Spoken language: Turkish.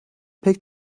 pek